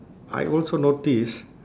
I also notice